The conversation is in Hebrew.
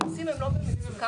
הרוסים לא במצוקה.